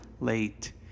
late